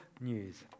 news